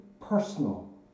personal